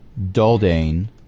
Daldane